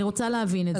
אני רוצה להבין את זה.